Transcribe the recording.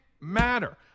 matter